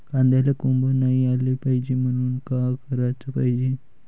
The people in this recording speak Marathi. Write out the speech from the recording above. कांद्याला कोंब नाई आलं पायजे म्हनून का कराच पायजे?